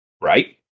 Right